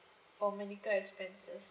for medical expenses